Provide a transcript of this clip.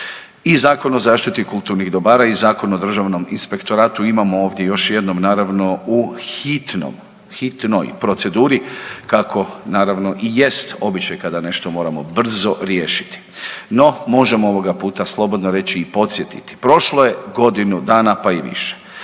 I Zakon o zaštiti kulturnih dobara i Zakon o Državnom inspektoratu, imamo ovdje, još jednom, naravno u hitnom, hitnoj proceduri kako naravno i jest običaj kada nešto moramo brzo riješiti. No, možemo ovoga puta slobodno reći i podsjetiti. Prošlo je godinu dana, pa i više.